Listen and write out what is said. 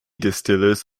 distillers